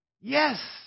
Yes